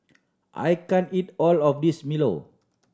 I can't eat all of this milo